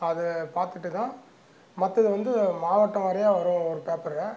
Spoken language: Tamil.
அதைப் பார்த்துட்டு தான் மற்றது வந்து மாவட்டம் வாரியாக வரும் ஒரு பேப்பரு